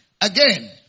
Again